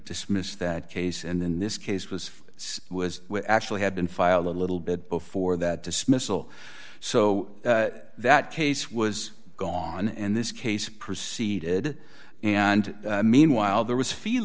dismissed that case and in this case was was actually had been filed a little bit before that dismissal so that case was gone and this case proceeded and meanwhile there was feel